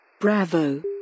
Bravo